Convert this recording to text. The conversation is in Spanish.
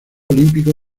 olímpico